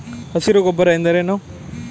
ಹಸಿರು ಗೊಬ್ಬರ ಎಂದರೇನು?